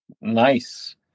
Nice